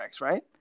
right